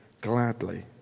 gladly